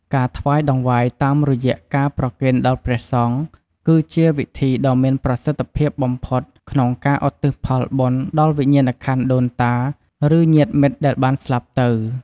ការថ្វាយតង្វាយតាមរយៈការប្រគេនដល់ព្រះសង្ឃ គឺជាវិធីដ៏មានប្រសិទ្ធភាពបំផុតក្នុងការឧទ្ទិសផលបុណ្យ ដល់វិញ្ញាណក្ខន្ធដូនតា ឬញាតិមិត្តដែលបានស្លាប់ទៅ។